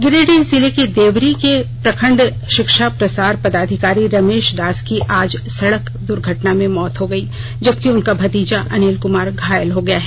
गिरिडीह जिले के देवरी के प्रखंड शिक्षा प्रसार पदाधिकारी नरेश दास की आज सड़क दुर्घटना में मौत हो गई जबकि उनका भतीजा अनिल कुमार घायल हो गया है